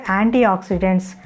antioxidants